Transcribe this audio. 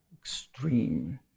extreme